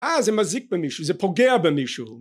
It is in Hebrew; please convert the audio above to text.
אה, זה מזיק במישהו, זה פוגע במישהו.